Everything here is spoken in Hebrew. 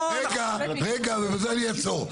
לא, אנחנו --- רגע, רגע, ובזה אני אעצור.